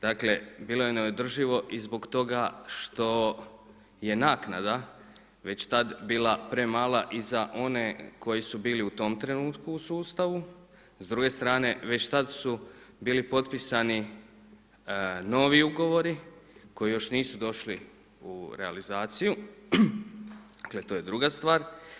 Dakle, bilo je neodrživo i zbog toga što je naknada već tad bila premala i za one koji su bili u tom trenutku u sustavu, s druge strane već tad su bili potpisani novi ugovori koji još nisu došli u realizaciju, dakle to je druga stvar.